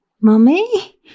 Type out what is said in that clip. Mummy